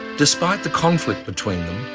despite the conflict between